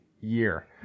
year